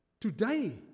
today